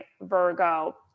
Virgo